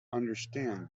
understand